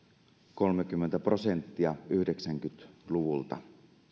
kolmekymmentä prosenttia yhdeksänkymmentä luvulta